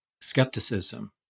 skepticism